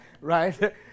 Right